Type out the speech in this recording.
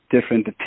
different